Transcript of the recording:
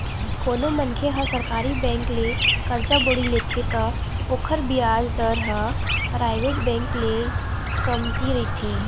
कोनो मनखे ह सरकारी बेंक ले करजा बोड़ी लेथे त ओखर बियाज दर ह पराइवेट बेंक ले कमती रहिथे